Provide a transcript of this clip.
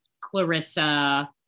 Clarissa